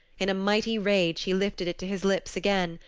in a mighty rage he lifted it to his lips again.